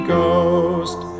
Ghost